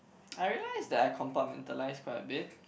I realized that I compartmentalize quite a bit